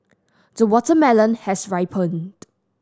the watermelon has ripened